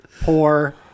poor